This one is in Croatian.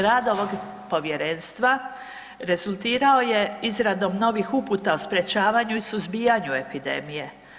Rad ovog povjerenstva rezultirao je izradom novih uputa o sprečavanju i suzbijanju epidemije.